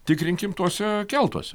tikrinkim tuose keltuose